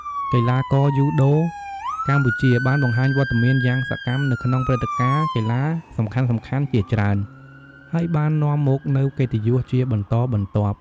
កីឡាករយូដូកម្ពុជាបានបង្ហាញវត្តមានយ៉ាងសកម្មនៅក្នុងព្រឹត្តិការណ៍កីឡាសំខាន់ៗជាច្រើន ហើយបាននាំមកនូវកិត្តិយសជាបន្តបន្ទាប់ ។